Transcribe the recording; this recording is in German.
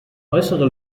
äußere